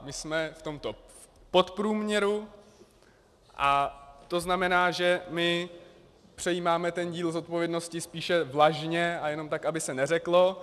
My jsme v tomto v podprůměru a to znamená, že přejímáme ten díl zodpovědnosti spíše vlažně a jenom tak, aby se neřeklo.